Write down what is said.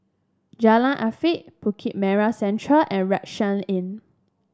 Jalan Arif Bukit Merah Central and Rucksack Inn